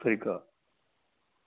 ਠੀਕ ਆ